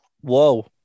whoa